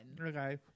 Okay